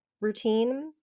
routine